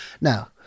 now